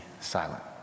silent